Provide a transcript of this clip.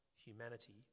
humanity